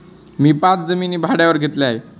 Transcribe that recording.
मी पाच जमिनी भाड्यावर घेतल्या आहे